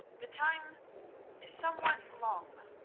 the time is somewhat long.